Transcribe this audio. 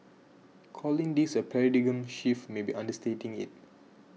calling this a paradigm shift may be understating it